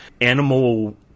animal